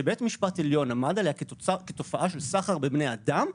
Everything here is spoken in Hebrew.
שבית המשפט העליון עמד עליה כתופעה של סחר בבני אדם,